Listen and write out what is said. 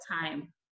time